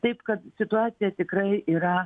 taip kad situacija tikrai yra